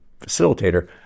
facilitator